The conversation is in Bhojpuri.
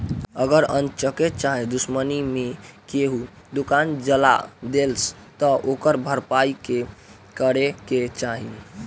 अगर अन्चक्के चाहे दुश्मनी मे केहू दुकान जला देलस त ओकर भरपाई के करे के चाही